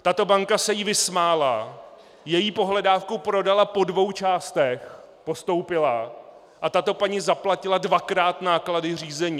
Tato banka se jí vysmála, její pohledávku prodala po dvou částech, postoupila, a tato paní zaplatila dvakrát náklady řízení.